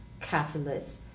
catalyst